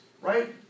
right